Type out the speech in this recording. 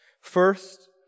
First